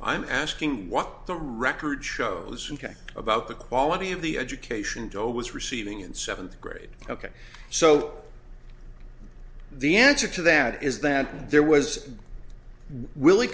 i'm asking what the record shows about the quality of the education joe was receiving in seventh grade ok so the answer to that is that there was